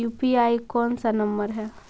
UPI कोन सा number हैं?